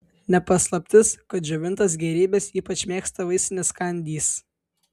ne paslaptis kad džiovintas gėrybes ypač mėgsta vaisinės kandys